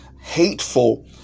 hateful